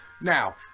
Now